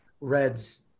Reds